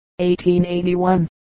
1881